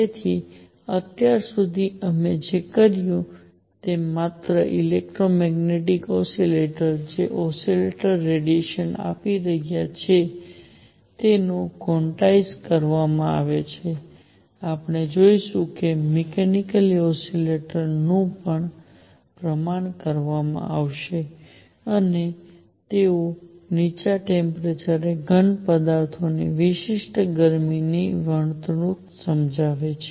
તેથી અત્યાર સુધી અમે કહ્યું છે કે માત્ર ઇલેક્ટ્રોમેગ્નેટિક ઓસિલેટર્સ જે ઓસિલેટર્સ રેડિયેશન આપી રહ્યા છે તેનું ક્વોન્ટાયજ્ડ કરવામાં આવે છે આપણે જોઈશું કે મિકેનિકલ ઓસિલેટર્સ નું પણ પ્રમાણ કરવામાં આવશે અને તેઓ નીચા ટેમ્પરેચર એ ઘનપદાર્થોની વિશિષ્ટ ગરમીની વર્તણૂક સમજાવે છે